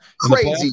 Crazy